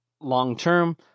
long-term